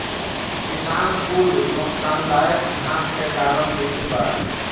किसान कुल नोकसानदायक घास के कारण दुखी बाड़